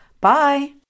Bye